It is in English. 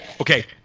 Okay